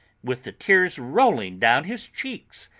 with the tears rolling down his cheeks,